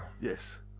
Yes